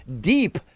deep